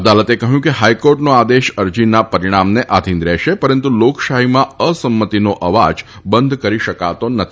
અદાલતે કહ્યું હતું કે હાઇકોર્ટનો આદેશ અરજીના પરિણામને આધિન રહેશે પરંતુ લોકશાહીમાં અસંમતિનો અવાજ બંધ કરી શકાતો નથી